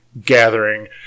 gathering